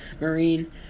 Marine